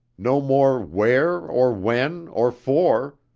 no more where or when or for,